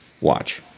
watch